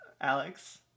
Alex